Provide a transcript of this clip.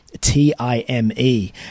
T-I-M-E